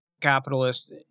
capitalist